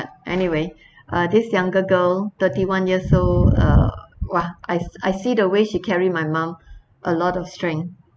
anyway uh this younger girl thirty one years old uh !whoa! I I see the way she carry my mum a lot of strength